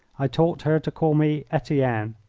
i taught her to call me etienne,